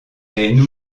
est